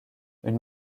une